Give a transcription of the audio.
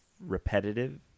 repetitive